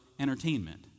entertainment